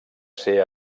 ser